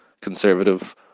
conservative